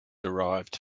derived